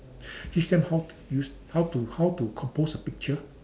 teach them how to use how to how to compose a picture